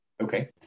Okay